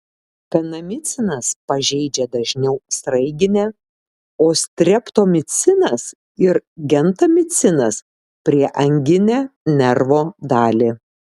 kanamicinas pažeidžia dažniau sraiginę o streptomicinas ir gentamicinas prieanginę nervo dalį